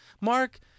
Mark